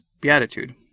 beatitude